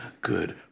good